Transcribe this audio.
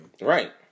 Right